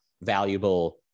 valuable